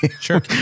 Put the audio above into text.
Sure